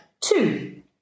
two